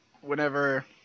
whenever